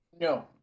No